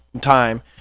time